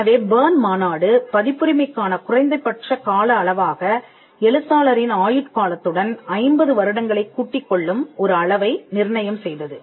எனவே பெர்ன் மாநாடு பதிப்புரிமைக்கான குறைந்தபட்ச கால அளவாக எழுத்தாளரின் ஆயுட்காலத்துடன் 50 வருடங்களைக் கூட்டிக் கொள்ளும் ஒரு அளவை நிர்ணயம் செய்தது